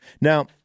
Now